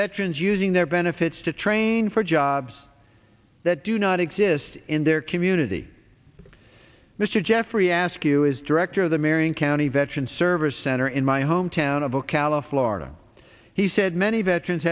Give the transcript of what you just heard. veterans using their benefits to train for jobs that do not exist in their community mr jeffrey ask you is director of the marion county veterans service center in my hometown of ocala florida he said many veterans